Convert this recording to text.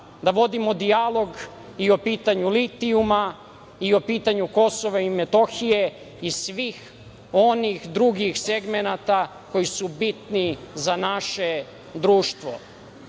da vodimo dijalog i o pitanju litijuma, i o pitanju Kosova i Metohije i svih onih drugih segmenata koji su bitni za naše društvo,